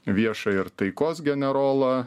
viešą ir taikos generolą